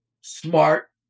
smart